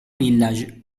village